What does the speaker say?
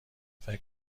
فکر